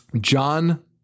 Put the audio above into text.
John